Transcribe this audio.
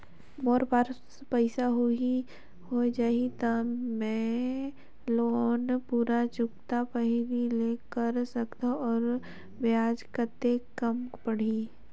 मोर पास पईसा हो जाही त कौन मैं लोन पूरा चुकता पहली ले कर सकथव अउ ब्याज कतेक कम पड़ही?